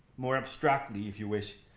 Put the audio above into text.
more abstractly if you wish,